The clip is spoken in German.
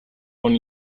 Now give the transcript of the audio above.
von